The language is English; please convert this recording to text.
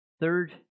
Third